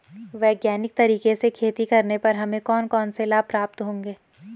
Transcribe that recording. वैज्ञानिक तरीके से खेती करने पर हमें कौन कौन से लाभ प्राप्त होंगे?